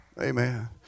amen